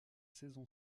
saison